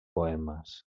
poemes